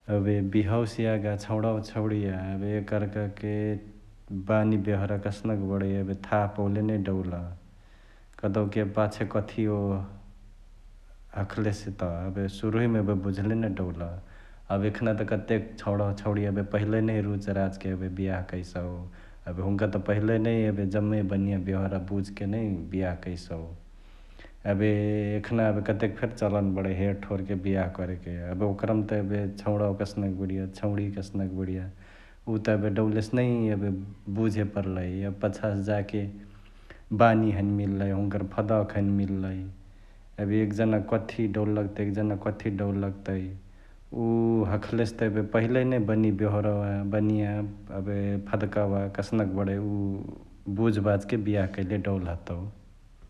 एबे बिहावासे यागा छौँडावा छौंडिया एबे एकअर्काके बानी बेहोरा कसनक बडै यबे थाह पोउले नै डौल कतोउकी एबे पाछे कथियो हखलेसे त एबे सुरुही मा एबे बुझलेन डौल । एबे एखना त कतेक छौँडावा छौंडिया एबे पहिले नै रुच राच के एबे बिहाअ करसउ एबे हुन्का त पहिलेनै एबे जम्मे बनिया बेहोरवा भुझके नै बिहाअ कैसउ । एबे एखना एबे कतेक फेरी चलन बडै हेरठोर के बिहाअ करेके एबे ओकरमा त एबे छौँडावा कसनक बडिय छौंडिया कसनक बडिय उ त एबे डौलेसे नै एबे भुझे परलई । एबे पछासे जाके बानी हैने मिललई हुन्कर फदक हैने मिललई एबे एक जना क कथी डौल लगतई, एक जना क कथी डौल लगतई, उ हखलेसे त एबे पहिलेनै बनिया बेहोरवा बनिया एबे फदकावा कसनक बडै उ भुझ भाझके बिहाअ कैले डौल हतउ ।